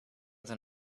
than